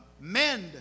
Mend